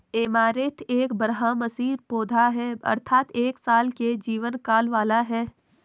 amaranth एक बारहमासी पौधा है अर्थात एक साल के जीवन काल वाला है